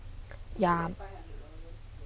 ya